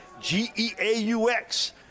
G-E-A-U-X